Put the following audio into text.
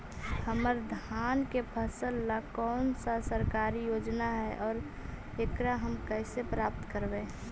हमर धान के फ़सल ला कौन सा सरकारी योजना हई और एकरा हम कैसे प्राप्त करबई?